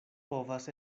povas